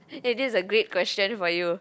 eh this is a great question for you